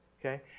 Okay